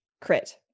Crit